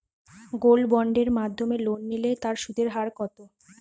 Gold বন্ডের মাধ্যমে loan নিলে তার সুদের হার কত?